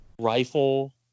rifle